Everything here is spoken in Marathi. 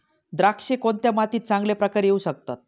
द्राक्षे कोणत्या मातीत चांगल्या प्रकारे येऊ शकतात?